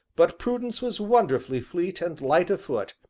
but prudence was wonderfully fleet and light of foot,